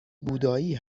بودایی